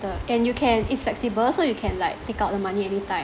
and you can it's flexible so you can like take out the money anytime